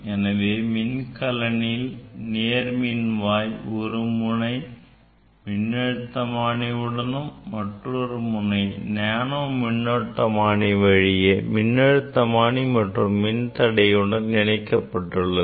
எனவே மின்கலனில் நேர்மின்வாயின் ஒரு முனை மின்னழுத்தமானி உடனும் மற்றொரு முனை நேனோ மின்னோட்டமானி வழியே மின்னழுத்தமானி மற்றும் மின்தடைமாற்றியுடன் இணைக்கப்பட்டுள்ளது